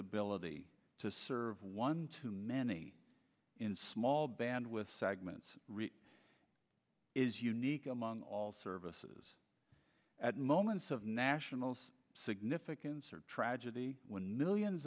ability to serve one to many in small band with segments is unique among all services at moments of national significance or tragedy when millions